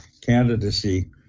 candidacy